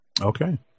Okay